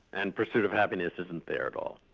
and pursuit of happiness isn't there at all,